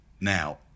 Now